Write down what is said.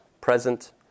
present